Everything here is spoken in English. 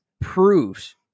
proves